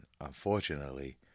unfortunately